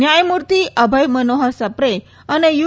ન્યાયમૂર્તિ અભય મનોહર સપ્રે અને યુ